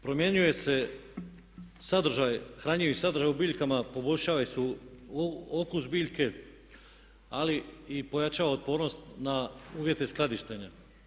Promjenjuje se sadržaj, hranjivi sadržaj u biljkama, poboljšali su okus biljke ali i pojačava otpornost na uvjete skladištenja.